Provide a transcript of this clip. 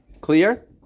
Clear